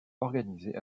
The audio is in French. organisées